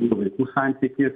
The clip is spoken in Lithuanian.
ir vaikų santykį